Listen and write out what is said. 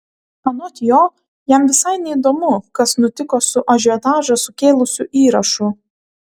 anot jo jam visai neįdomu kas nutiko su ažiotažą sukėlusiu įrašu